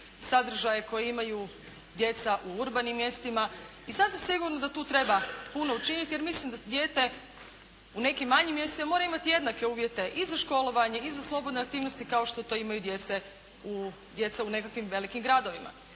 sadržaje koje imaju djeca u urbanim mjestima i sasvim sigurno da tu treba puno učiniti jer mislim da dijete u nekim manjim mjestima mora imati jednake uvjete i za školovanje i za slobodne aktivnosti kao što to imaju djeca u nekakvim velikim gradovima.